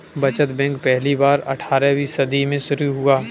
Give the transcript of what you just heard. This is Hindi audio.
बचत बैंक पहली बार अट्ठारहवीं सदी में शुरू हुआ